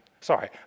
Sorry